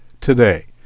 today